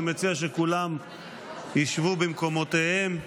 אני מציע שכולם ישבו במקומותיהם.